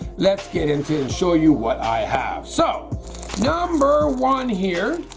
let's get into and show you what i have so number one here.